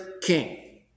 king